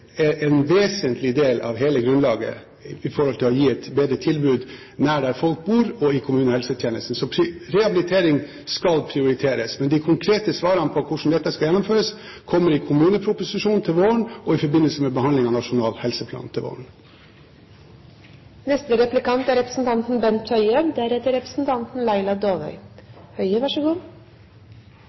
rehabilitering en vesentlig del av hele grunnlaget i forhold til å gi et bedre tilbud nær der folk bor og i kommunehelsetjenesten. Så rehabilitering skal prioriteres. Men de konkrete svarene på hvordan dette skal gjennomføres, kommer i kommuneproposisjonen til våren og i forbindelse med behandlingen av Nasjonal helseplan til våren. Høyre deler fullt ut det representanten